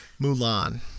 Mulan